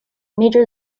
major